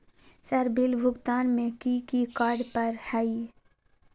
Sir bill भुगतान में की की कार्य पर हहै?